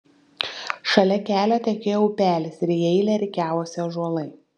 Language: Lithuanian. šalia kelio tekėjo upelis ir į eilę rikiavosi ąžuolai